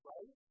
Right